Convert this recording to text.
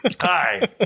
Hi